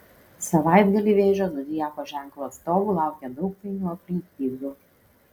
savaitgalį vėžio zodiako ženklo atstovų laukia daug painių aplinkybių